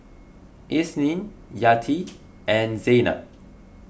Isnin Yati and Zaynab